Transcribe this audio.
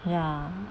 ya